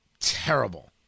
terrible